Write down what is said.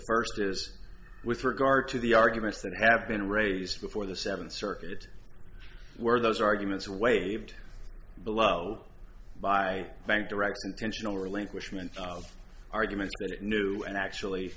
first is with regard to the arguments that have been raised before the seventh circuit were those arguments waved below by frank direct intentional relinquishment arguments new and actually